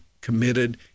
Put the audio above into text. committed